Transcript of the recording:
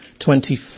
twenty